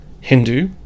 Hindu